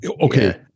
okay